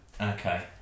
Okay